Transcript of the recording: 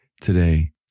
today